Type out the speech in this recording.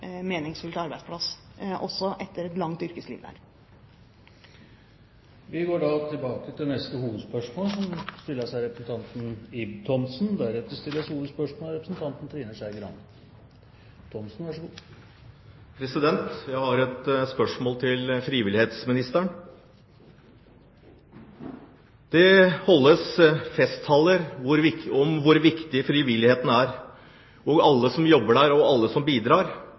arbeidsplass også etter et langt yrkesliv der. Vi går da til neste hovedspørsmål. Jeg har et spørsmål til frivillighetsministeren. Det holdes festtaler om hvor viktig frivilligheten er – om alle som jobber der, om alle som bidrar, og om alle de hundre tusener av timer som legges ned i frivilligheten i Norge. Det holdes også festtaler om hvor viktig frivilligheten er for Norge, og